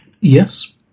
yes